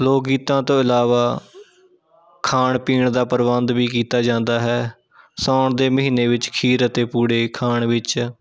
ਲੋਕ ਗੀਤਾਂ ਤੋਂ ਇਲਾਵਾ ਖਾਣ ਪੀਣ ਦਾ ਪ੍ਰਬੰਧ ਵੀ ਕੀਤਾ ਜਾਂਦਾ ਹੈ ਸਾਉਣ ਦੇ ਮਹੀਨੇ ਵਿੱਚ ਖੀਰ ਅਤੇ ਪੂੜੇ ਖਾਣ ਵਿੱਚ